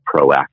proactive